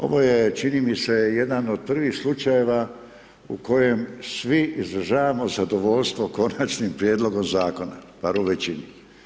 Ovo je, čini mi se, jedan od prvih slučajeva u kojem svi izražavamo zadovoljstvo Konačnim prijedlogom Zakona, bar u većini.